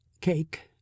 Cake